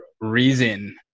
reason